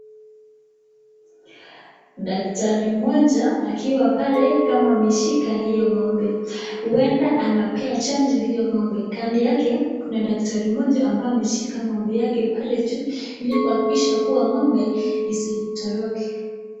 Daktari mmoja akiwa pale kama ameshika hiyo ng'ombe huenda anapea chanjo hiyo ng'ombe kando yake kuna daktari mmoja ambyae ameshika ng'ombe yake pale juu ili kuhakikisha kuwa ng'ombe isitoroke.